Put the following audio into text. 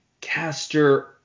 caster